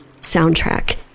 Soundtrack